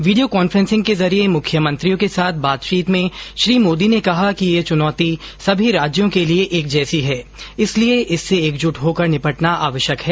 video conferencing के जरिए मुख्यमंत्रियों के साथ बातचीत में श्री मोदी ने कहा कि ये चुनौती सभी राज्यों के लिए एकजैसी है इसलिए इससे एकजुट होकर निपटना आवश्यक है